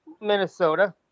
Minnesota